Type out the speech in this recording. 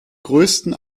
größten